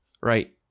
Right